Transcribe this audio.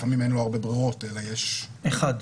לפעמים אין לו הרבה ברירות אלא יש אחד רלוונטי.